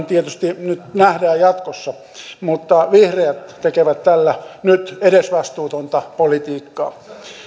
tietysti nyt nähdään jatkossa mutta vihreät tekevät tällä nyt edesvastuutonta politiikkaa